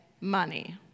money